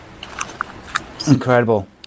Incredible